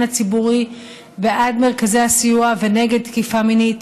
הציבורי בעד מרכזי הסיוע ונגד תקיפה מינית.